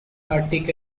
arctic